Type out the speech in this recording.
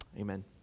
Amen